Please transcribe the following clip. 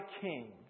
King